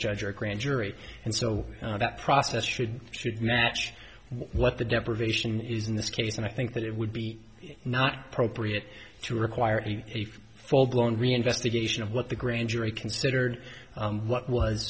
judge or a grand jury and so that process should should match what the deprivation is in this case and i think that it would be not appropriate to require a full blown reinvestigation of what the grand jury considered what